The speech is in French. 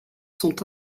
sont